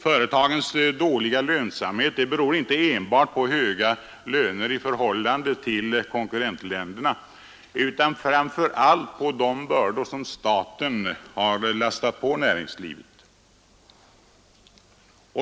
Företagens dåliga lönsamhet beror inte enbart på höga löner i förhållande till konkurrentländernas utan framför allt på de bördor som staten lastat på näringslivet.